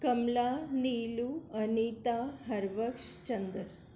Kamla Neelu Anita Harbaksh Chander